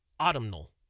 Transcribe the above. autumnal